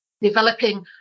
developing